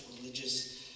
religious